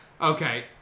Okay